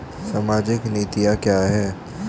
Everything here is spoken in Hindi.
सामाजिक नीतियाँ क्या हैं?